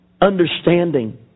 understanding